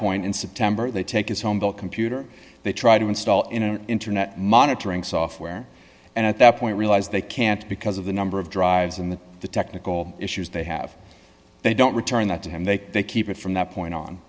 point in september they take his home the computer they try to install in an internet monitoring software and at that point realize they can't because of the number of drives in the technical issues they have they don't return that to him they they keep it from that point on